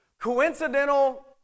coincidental